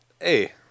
Hey